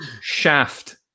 shaft